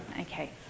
Okay